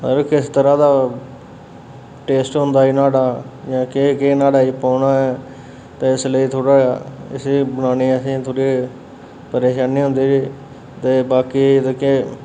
किस तरह् दा टेस्ट होंदा न्हाड़ा केह् केह् न्हाड़े च पौना ऐं ते इस लेई थोह्ड़ा इस्सी बनाने च असें गी थोह्ड़ी जेही परेशानी होंदी ऐ ते बाकी एह्दे केह्